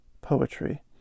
poetry